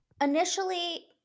initially